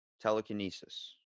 Telekinesis